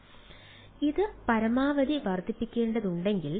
അതിനാൽ ഇത് പരമാവധി വർദ്ധിപ്പിക്കേണ്ടതുണ്ടെങ്കിൽ